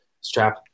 strap